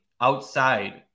outside